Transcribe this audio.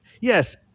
Yes